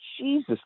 Jesus